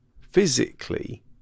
physically